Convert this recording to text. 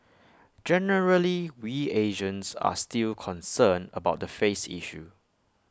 generally we Asians are still concerned about the face issue